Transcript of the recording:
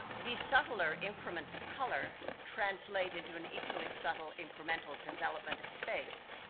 the subtler increments of color translate into an equally subtle incremental development of space.